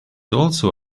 also